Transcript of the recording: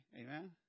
Amen